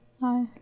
Hi